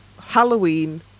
halloween